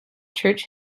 church